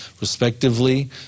respectively